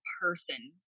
person